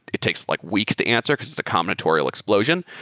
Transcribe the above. it takes like weeks to answer because it's a combinatorial explosion.